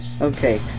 Okay